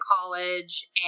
college